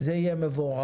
זה יהיה מבורך.